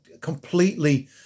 completely